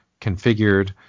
configured